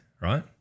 right